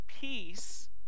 peace